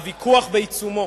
הוויכוח הוא בעיצומו.